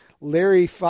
Larry